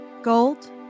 Gold